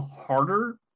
harder